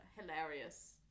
hilarious